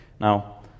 Now